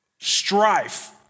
strife